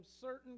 Certain